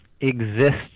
exists